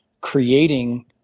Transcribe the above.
creating